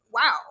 wow